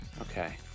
Okay